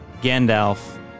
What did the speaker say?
Gandalf